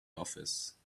office